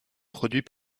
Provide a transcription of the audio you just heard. produit